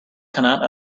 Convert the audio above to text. cannot